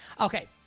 Okay